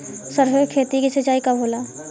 सरसों की खेती के सिंचाई कब होला?